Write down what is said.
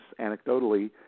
anecdotally